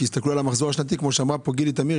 כי הסתכלו על המחזור השנתי כמו שאמרה פה גילי תמיר,